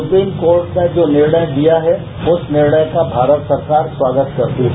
supreme Court ने जो निर्णय दिया है उस निर्णय का भारत सरकार स्वागत करती हैं